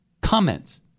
comments